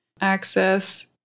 access